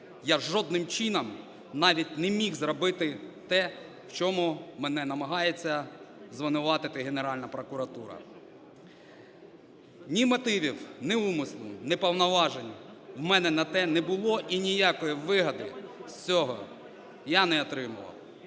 я жодним чином навіть не міг зробити те, в чому мене намагається звинуватити Генеральна прокуратура. Ні мотивів, ні умислу, ні повноважень в мене на те не було і ніякої вигоди з цього я не отримував.